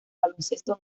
baloncesto